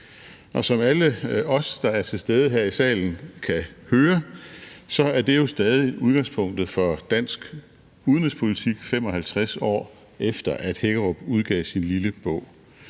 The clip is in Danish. som alle os, der er til stede her i salen, kan høre, er det jo stadig udgangspunktet for dansk udenrigspolitik, 55 år efter at Hækkerup udgav sin lille bog.